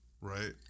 right